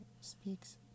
speaks